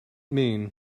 mean